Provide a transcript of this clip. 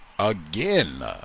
again